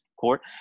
court